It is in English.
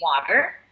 water